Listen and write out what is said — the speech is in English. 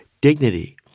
Dignity